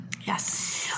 Yes